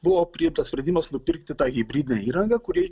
buvo priimtas sprendimas nupirkti tą hibridinę įrangą kuri